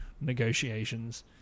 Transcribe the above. negotiations